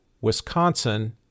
Wisconsin